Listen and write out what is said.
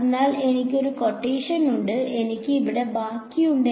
അതിനാൽ എനിക്ക് ഒരു ക്വട്ടേഷൻ ഉണ്ട് എനിക്ക് ഇവിടെ ബാക്കിയുണ്ട്